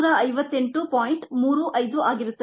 35 ಆಗಿರುತ್ತದೆ